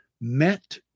met